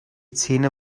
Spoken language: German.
zähne